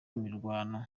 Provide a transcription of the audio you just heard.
imirwano